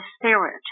Spirit